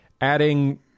adding